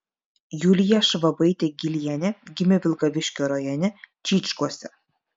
julija švabaitė gylienė gimė vilkaviškio rajone čyčkuose